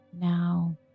Now